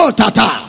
tata